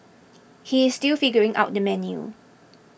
he is still figuring out the menu